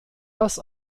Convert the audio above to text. das